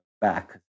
back